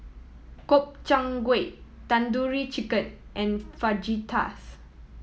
Gobchang Gui Tandoori Chicken and Fajitas